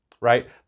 right